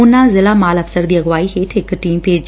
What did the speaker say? ਉਨਾ ਜ਼ਿਲਾ ਮਾਲ ਅਫ਼ਸਰ ਦੀ ਅਗਵਾਈ ਹੇਠ ਇਕ ਟੀਮ ਭੇਜੀ